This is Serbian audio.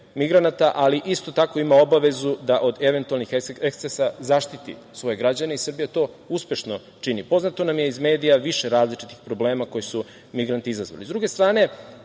ali isto tako ima obavezu da od eventualnih ekscesa zaštiti svoje građane i Srbija to uspešno čini. Poznato nam je iz medija više različitih problema koji su migranti izazvali.S